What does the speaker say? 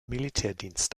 militärdienst